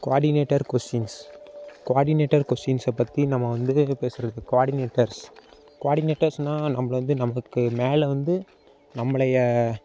coordinator questions coordinator questions பற்றி நம்ம வந்து பேசுறது குவாடினேட்டர்ஸ் குவாடினேட்டர்ஸ்னா நம்மள வந்து நமக்கு மேலே வந்து நம்மளய